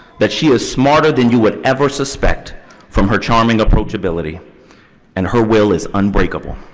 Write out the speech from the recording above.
that she was smarter than you would ever suspect from her charming approachability and her will is unbreakable.